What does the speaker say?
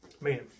man